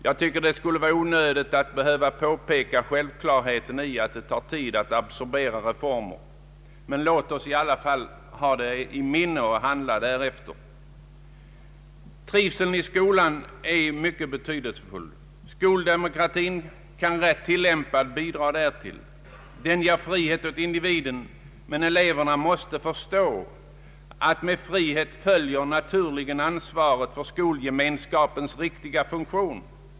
Jag tycker att det skulle vara onödigt att behöva påpeka det självklara faktum att det tar tid att absorbera reformen, men låt oss ändå hålla det i minnet och handla därefter. Trivseln i skolan är mycket betydelsefull. Skoldemokratin kan, rätt tillämpad, bidra till att skapa trivsel. Skoldemokratin ger frihet åt individen, men eleverna måste förstå att med frihet naturligen följer ansvar för skolgemenskapens viktiga funktion.